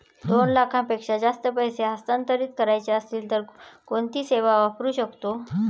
दोन लाखांपेक्षा जास्त पैसे हस्तांतरित करायचे असतील तर कोणती सेवा वापरू शकतो?